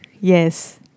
Yes